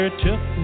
took